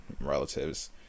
relatives